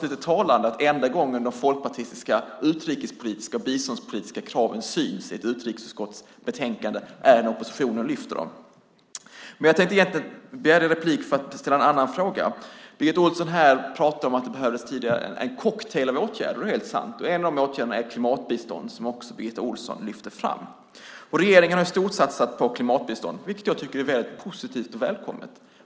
Det är talande att den enda gången de folkpartistiska utrikespolitiska och biståndspolitiska kraven syns i ett utrikesutskotts betänkande är när oppositionen lyfter fram dem. Jag begärde replik för en annan fråga. Birgitta Ohlsson talade om att det behövs en cocktail av åtgärder. Det är helt sant. En av de åtgärderna är klimatbistånd, som Birgitta Ohlsson också lyfte fram. Regeringen har ju storsatsat på klimatbistånd, vilket jag tycker är positivt och välkommet.